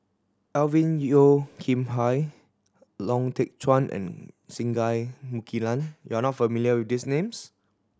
Alvin Yeo Khirn Hai Lau Teng Chuan and Singai Mukilan you are not familiar with these names